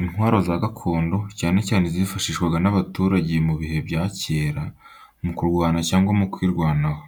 Intwaro za gakondo, cyane cyane izifashishwaga n’abaturage mu bihe bya kera mu kurwana cyangwa mu kwirwanaho.